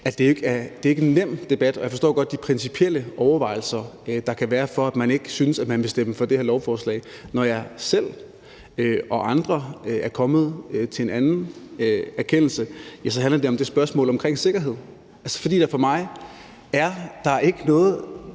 at det ikke er en nem debat, og at jeg godt forstår de principielle overvejelser, der kan ligge til grund for, at man ikke synes, at man vil stemme for det her lovforslag. Når jeg selv og andre er kommet til en anden erkendelse, handler det om spørgsmålet om sikkerhed. For mig at se burde der ikke være